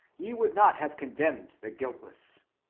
ye would not have condemned the guiltless.